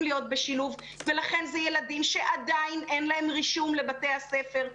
להיות בשילוב ולכן אלה ילדים שעדיין אין להם רישום לבתי הספר.